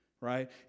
Right